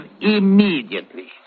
immediately